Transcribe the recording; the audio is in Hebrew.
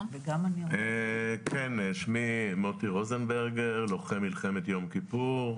אני לוחם מלחמת יום כיפור.